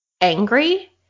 angry